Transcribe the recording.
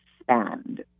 expand